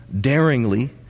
daringly